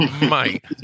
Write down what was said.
mate